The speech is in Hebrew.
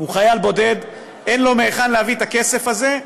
הוא חייל בודד, אין לו מהיכן להביא את הכסף הזה,